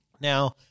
Now